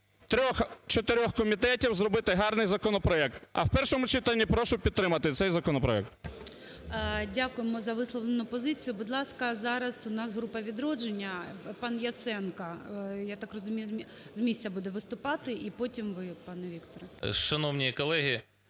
3-4 комітетів, зробити гарний законопроект. А в першому читанні прошу підтримати цей законопроект. ГОЛОВУЮЧИЙ. Дякуємо за висловлену позицію. Будь ласка, зараз у нас група "Відродження", пан Яценко. Я так розумію, з місця буде виступати. І потім ви, пане Вікторе. 16:30:35